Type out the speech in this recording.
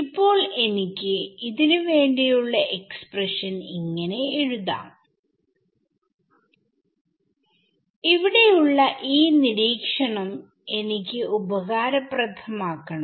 ഇപ്പോൾ എനിക്ക് ന് വേണ്ടിയുള്ള എക്സ്പ്രഷൻ ഇങ്ങനെ എഴുതാം ഇവിടെയുള്ള ഈ നിരീക്ഷണം എനിക്ക് ഉപകാരപ്രധമാക്കണം